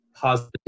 positive